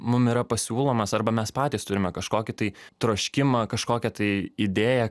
mum yra pasiūlomas arba mes patys turime kažkokį tai troškimą kažkokią tai idėją